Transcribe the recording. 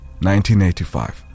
1985